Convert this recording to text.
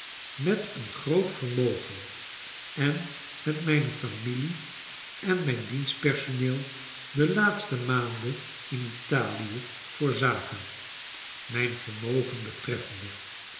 met een groot vermogen en met mijne familie en mijn dienstpersoneel de laatste maanden in italie voor zaken mijn vermogen betreffende